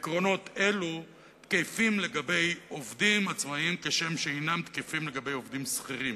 עקרונות אלו תקפים לעובדים עצמאים כשם שהם תקפים לעובדים שכירים.